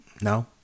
No